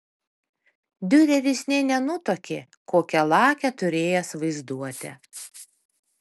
diureris nė nenutuokė kokią lakią turėjęs vaizduotę